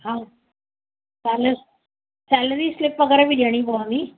हा सैलस salary slip वग़ैरह बि ॾियणी पवंदी